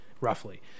roughly